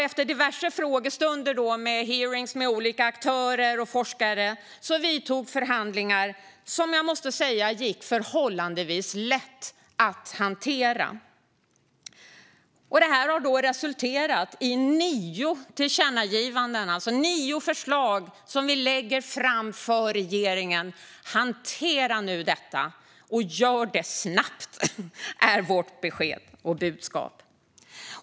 Efter diverse frågestunder och hearingar med olika aktörer och forskare vidtog förhandlingar, som jag måste säga gick förhållandevis lätt att hantera. Dessa har nu resulterat i nio förslag till tillkännagivanden som vi vill lägga fram till regeringen. Hantera nu detta och gör det snabbt! är vårt besked och budskap.